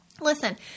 Listen